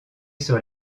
sur